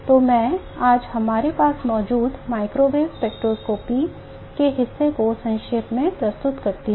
तो मैं आज हमारे पास मौजूद माइक्रोवेव स्पेक्ट्रोस्कोपी के हिस्से को संक्षेप में प्रस्तुत करता हूं